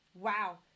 Wow